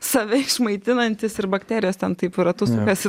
save išmaitinantis ir bakterijos ten taip ratu sukasi